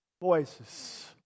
voices